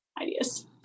ideas